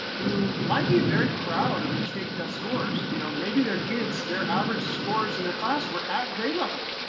who might be very proud of their state test scores, you know, maybe their kids, their average scores in their class were at grade level.